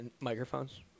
microphones